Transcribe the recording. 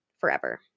forever